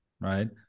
right